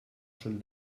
schon